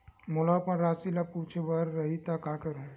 मोला अपन राशि ल पूछे बर रही त का करहूं?